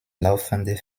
laufende